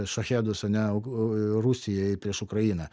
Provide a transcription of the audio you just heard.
šachedus ane rusijai prieš ukrainą